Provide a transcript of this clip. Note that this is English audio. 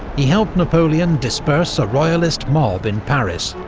he helped napoleon disperse a royalist mob in paris,